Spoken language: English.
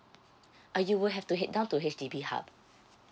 uh you will have to head down to H_D_B hub